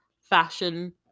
fashion